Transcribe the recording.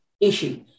issue